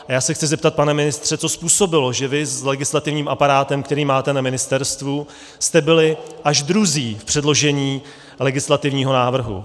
A já se chci zeptat, pane ministře, co způsobilo, že vy s legislativním aparátem, který máte na ministerstvu, jste byli až druzí v předložení legislativního návrhu.